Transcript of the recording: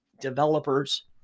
developers